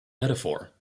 metaphor